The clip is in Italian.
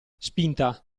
spinta